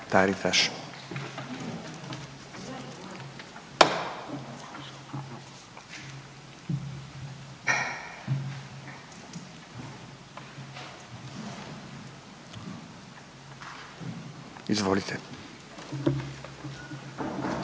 na redu. Izvolite.